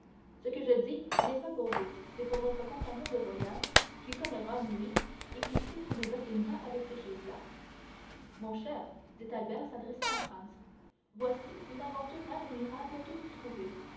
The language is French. ce que je dis n'est pas pour vous c'est pour votre compagnon de voyage qui connaît rome lui et qui sait qu'on ne badine pas avec ces choses-là mon cher dit albert s'adressant à franz voici une aventure admirable toute trouvée